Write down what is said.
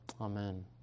Amen